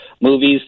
movies